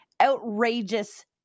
outrageous